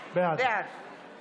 בושה וחרפה.